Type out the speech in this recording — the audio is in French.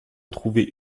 trouver